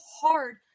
hard